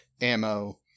ammo